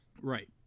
Right